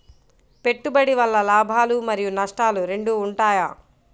పెట్టుబడి వల్ల లాభాలు మరియు నష్టాలు రెండు ఉంటాయా?